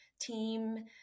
team